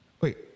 Wait